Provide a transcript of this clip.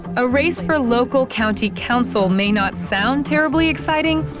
a race for local county council may not sound terribly exciting,